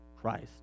Christ